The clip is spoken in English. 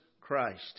Christ